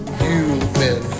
human